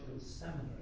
Seminary